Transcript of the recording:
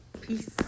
Peace